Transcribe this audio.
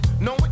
no